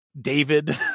David